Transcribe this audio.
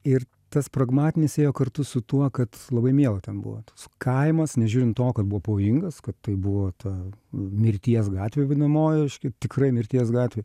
ir tas pragmatinis ėjo kartu su tuo kad labai miela ten buvo tas kaimas nežiūrint to kad buvo pavojingas kad tai buvo ta mirties gatvė vadinamoji reiškia tikrai mirties gatvė